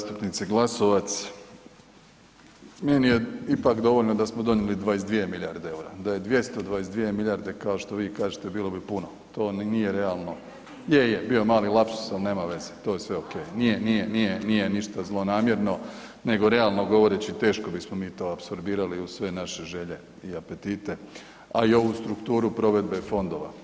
Hvala lijepa zastupnice Glasovac, meni je ipak dovoljno da smo donijeli 22 milijarde EUR-a da je 222 milijarde kao što vi kažete bilo bi puno, to nije realno, je, je bio je mali lapsuz ali nema veze to je sve ok, nije, nije ništa zlonamjerno nego realno govoreći teško bismo mi to apsorbirali uz sve naše želje i apetite, a i ovu strukturu provedbe fondova.